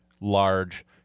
large